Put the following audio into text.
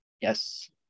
Yes